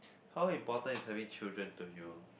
how important is having children to you